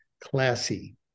classy